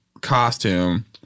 costume